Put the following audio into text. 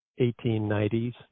1890s